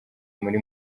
muri